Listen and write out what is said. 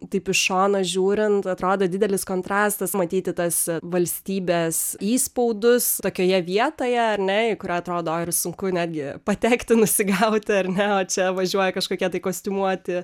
taip iš šono žiūrint atrodo didelis kontrastas matyti tas valstybės įspaudus tokioje vietoje ar ne į kur atrodo ir sunku netgi pateikti nusigauti ar ne o čia važiuoja kažkokie tai kostiumuoti